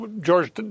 George